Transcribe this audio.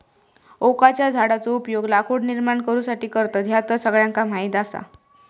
ओकाच्या झाडाचो उपयोग लाकूड निर्माण करुसाठी करतत, ह्या तर सगळ्यांका माहीत आसा